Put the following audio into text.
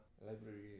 library